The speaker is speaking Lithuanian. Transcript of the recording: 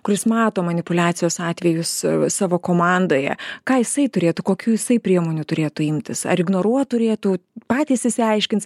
kuris mato manipuliacijos atvejus savo komandoje ką jisai turėtų kokių jisai priemonių turėtų imtis ar ignoruot turėtų patys išsiaiškins